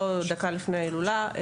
לא דקה לפני ההילולה,